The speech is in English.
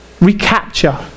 recapture